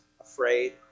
afraid